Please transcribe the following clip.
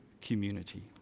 community